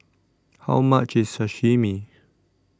How much IS Sashimi